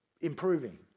improving